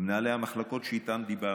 ומנהלי המחלקות שאיתם דיברנו,